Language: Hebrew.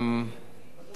רק על הראשונה להצביע.